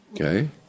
Okay